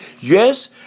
Yes